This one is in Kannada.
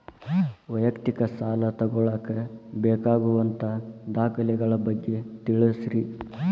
ವೈಯಕ್ತಿಕ ಸಾಲ ತಗೋಳಾಕ ಬೇಕಾಗುವಂಥ ದಾಖಲೆಗಳ ಬಗ್ಗೆ ತಿಳಸ್ರಿ